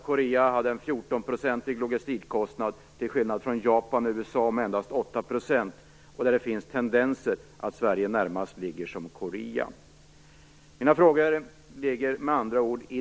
Korea hade en 14 procentig logistikkostnad, till skillnad från Japan och USA, som hade endast 8 %. Det finns tendenser som pekar på att Sverige närmast ligger till som Korea.